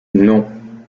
non